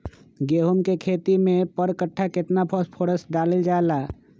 गेंहू के खेती में पर कट्ठा केतना फास्फोरस डाले जाला?